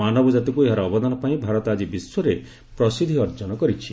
ମାନବ ଜାତିକୁ ଏହାର ଅବଦାନ ପାଇଁ ଭାରତ ଆଜି ବିଶ୍ୱରେ ପ୍ରସିଦ୍ଧି ଅର୍ଜନ କରିଛି